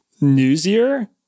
newsier